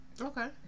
Okay